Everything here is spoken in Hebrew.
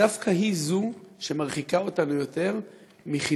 דווקא היא שמרחיקה אותנו יותר מחידוש